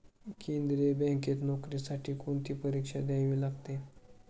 केंद्रीय बँकेत नोकरीसाठी कोणती परीक्षा द्यावी लागते?